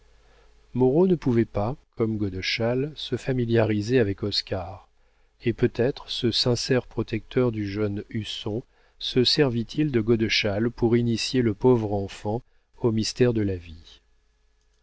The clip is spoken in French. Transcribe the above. moreau ne pouvait pas comme godeschal se familiariser avec oscar et peut-être ce sincère protecteur du jeune husson se servit il de godeschal pour initier le pauvre enfant aux mystères de la vie